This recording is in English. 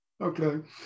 Okay